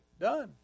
done